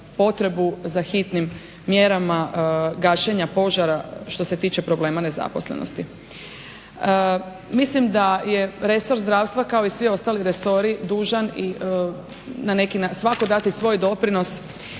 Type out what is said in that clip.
potrebu za hitnim mjerama gašenja požara što se tiče problema nezaposlenosti. Mislim da je resor zdravstva kao i svi ostali resori dužan i svatko dati svoj doprinos